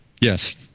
yes